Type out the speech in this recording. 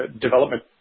development